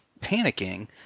panicking